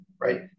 right